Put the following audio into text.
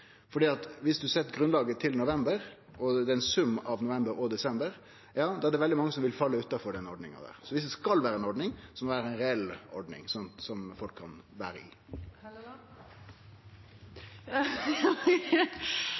grunnlaget til november, og det er ein sum av november og desember, er det veldig mange som vil falle utanfor den ordninga. Om det skal vere ei ordning, må det vere ei reell ordning, som folk kan vere i.